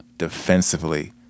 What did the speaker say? defensively